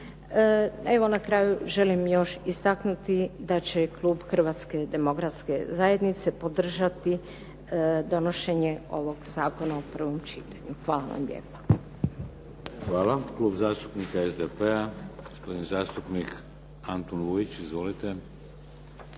Evo, na kraju želim još istaknuti da će klub Hrvatske demokratske zajednice podržati donošenje ovog zakona u prvom čitanju. Hvala vam lijepa. **Šeks, Vladimir (HDZ)** Hvala. Klub zastupnika SDP-a, gospodin zastupnik Antun Vujić. Izvolite.